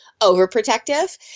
overprotective